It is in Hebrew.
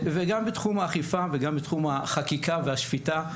וגם בתחום האכיפה וגם בתחום החקיקה והשפיטה,